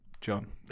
John